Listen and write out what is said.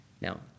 Now